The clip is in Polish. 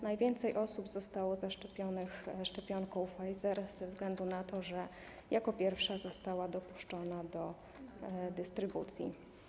Najwięcej osób zostało zaszczepionych szczepionką Pfizera ze względu na to, że jako pierwsza została dopuszczona do dystrybucji.